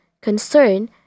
concern